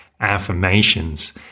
Affirmations